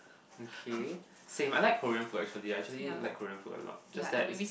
okay same I like Korean food actually I actually like Korean food a lot just that it's